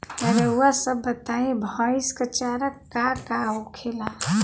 रउआ सभ बताई भईस क चारा का का होखेला?